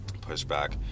pushback